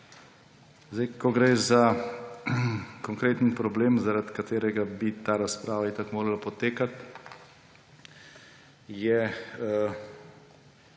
Ko gre za konkreten problem, zaradi katerega bi ta razprava itak morala potekati, je